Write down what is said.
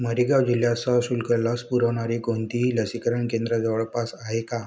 मरीगाव जिल्ह्यात सशुल्क लस पुरवणारी कोणतीही लसीकरण केंद्रं जवळपास आहे का